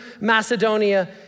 Macedonia